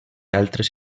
altres